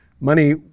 money